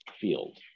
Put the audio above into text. field